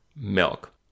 milk